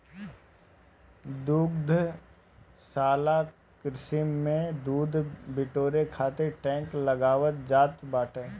दुग्धशाला कृषि में दूध बिटोरे खातिर टैंक लगावल जात बाटे